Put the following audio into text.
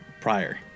prior